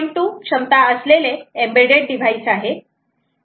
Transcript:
2 क्षमता असलेले embedded device आहे